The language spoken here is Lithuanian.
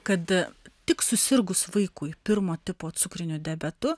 kad tik susirgus vaikui pirmo tipo cukriniu diabetu